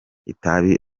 itabi